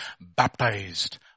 baptized